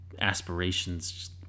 aspirations